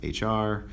HR